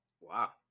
Wow